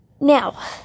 Now